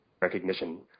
recognition